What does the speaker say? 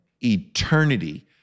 eternity